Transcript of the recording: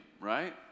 right